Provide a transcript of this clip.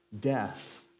death